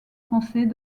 français